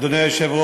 השם,